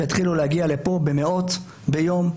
שיתחילו להגיע לפה מאות ביום,